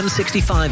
M65